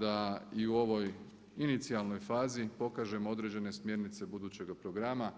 da i u ovoj inicijalnoj fazi pokažemo određene smjernice budućega programa.